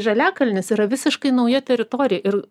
žaliakalnis yra visiškai nauja teritorija ir